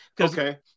Okay